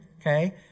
Okay